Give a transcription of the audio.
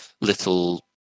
little